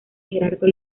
gerardo